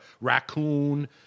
raccoon